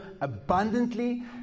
abundantly